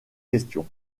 question